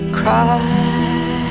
cry